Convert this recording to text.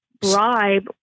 bribe